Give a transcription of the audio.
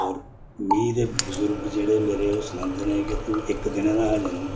और मिगी ते बजुर्ग जेह्ड़े मेरे ओह् सनांदे न के तूं इक दिनै दा हा जदूं